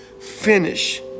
finish